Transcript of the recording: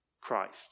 Christ